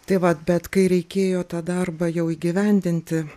tai vat bet kai reikėjo tą darbą arba jau įgyvendinti